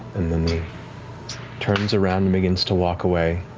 and then he turns around and begins to walk away.